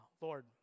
Lord